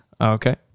Okay